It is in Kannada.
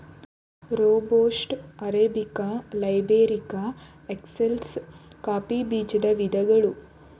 robusta, arabica, liberica, excelsa coffee ಬೀಜದ ವಿಧಗಳು